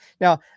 now